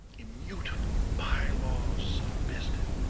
immutable bylaws of business.